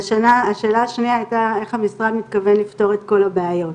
והשאלה השנייה היתה איך המשרד מתכוון לפתור את כל הבעיות.